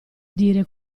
dire